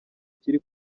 kiri